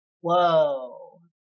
whoa